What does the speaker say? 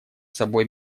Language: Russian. собой